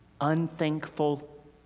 unthankful